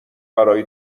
برای